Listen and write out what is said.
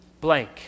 blank